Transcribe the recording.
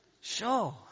Sure